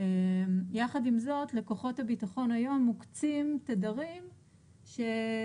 יחד עם זאת לכוחות הביטחון היום מוקצים תדרים שהם